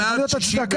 צריכה להיות צדקה.